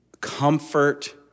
comfort